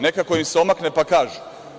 Nekako im se omakne, pa kažu.